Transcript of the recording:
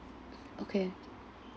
okay